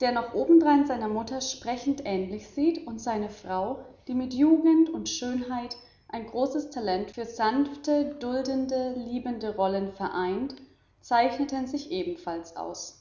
der noch obendrein seiner mutter sprechend ähnlich sieht und seine frau die mit jugend und schönheit ein großes talent für sanfte duldende liebende rollen vereint zeichneten sich ebenfalls aus